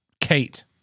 Kate